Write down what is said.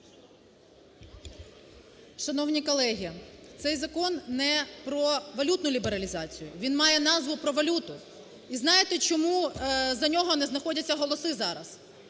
Шановні колеги, цей закон не про валютну лібералізацію, він має назву "Про валюту". І знаєте, чому за нього не знаходяться голоси зараз,